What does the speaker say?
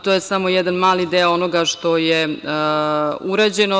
To je samo jedan mali deo onoga što je urađeno.